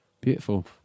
Beautiful